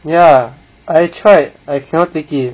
ya I tried I cannot take it